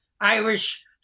Irish